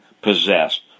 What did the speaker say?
possessed